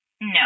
No